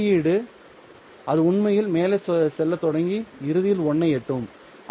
இது வெளியீடு அது உண்மையில் மேலே செல்லத் தொடங்கி இறுதியில் 1 ஐ எட்டும்